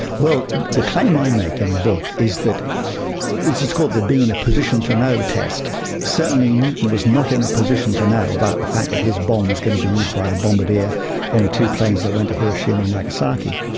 well the claim i make in the book is that this is called the being in a position to know test certainly newton was not in a position to know about the fact that his bomb was going to be used by the bombardier on the two planes that went to hiroshima and nagasaki.